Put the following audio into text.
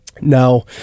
Now